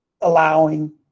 allowing